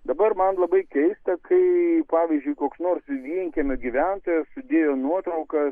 dabar man labai keista kai pavyzdžiui koks nors vienkiemio gyventojas sudėjo nuotraukas